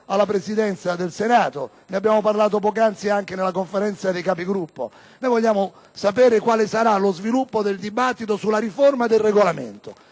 alla Presidenza del Senato. Ne abbiamo parlato poco fa nel corso della Conferenza dei Capigruppo: vogliamo sapere quale sarà lo sviluppo del dibattito sulla riforma del Regolamento.